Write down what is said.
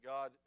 God